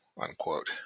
unquote